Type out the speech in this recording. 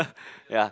yea